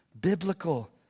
biblical